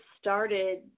started